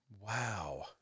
Wow